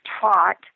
taught